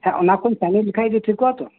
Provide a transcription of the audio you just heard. ᱦᱮᱸ ᱚᱱᱟᱠᱚᱧ ᱠᱟᱹᱢᱤ ᱞᱮᱠᱷᱟᱡ ᱜᱮ ᱴᱷᱤᱠᱚᱜ ᱟᱛᱚ